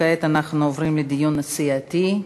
כעת אנחנו עוברים לדיון סיעתי.